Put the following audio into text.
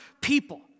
people